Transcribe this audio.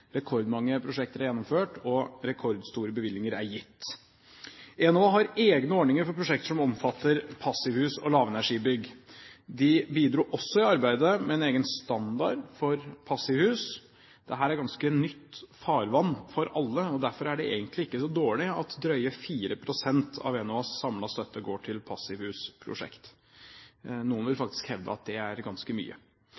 Rekordmange prosjekter er gjennomført, og rekordstore bevilgninger er gitt. Enova har egne ordninger for prosjekter som omfatter passivhus og lavenergibygg. De bidro også i arbeidet med en egen standard for passivhus. Dette er ganske nytt farvann for alle, og derfor er det egentlig ikke så dårlig at drøye 4 pst. av Enovas samlede støtte går til passivhusprosjekt. Noen vil